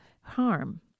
harm